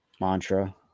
mantra